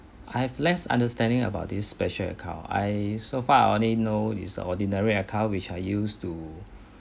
I have less understanding about this special account I so far I only know is the ordinary account which I used to